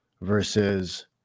versus